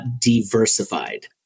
diversified